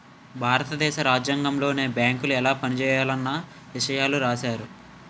భారత దేశ రాజ్యాంగంలోనే బేంకులు ఎలా పనిజేయాలన్న ఇసయాలు రాశారు